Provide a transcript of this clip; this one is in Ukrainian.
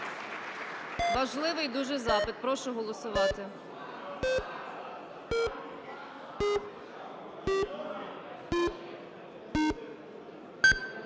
Важливий дуже запит. Прошу голосувати.